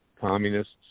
communists